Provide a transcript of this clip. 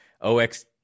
Ox